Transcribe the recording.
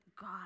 God